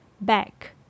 back